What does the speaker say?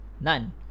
none